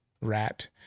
rat